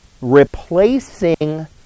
replacing